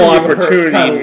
opportunity